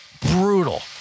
Brutal